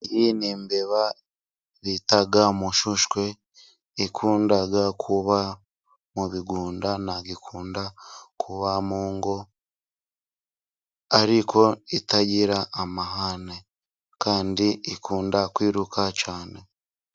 Iyi ni imbeba bita Mushushwe, ikunda kuba mu bigunda, ntabwo ikunda kuba mu ngo, ariko itagira amahane, kandi ikunda kwiruka cyane.